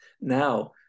now